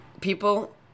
people